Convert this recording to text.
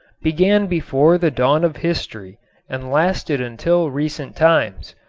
began before the dawn of history and lasted until recent times.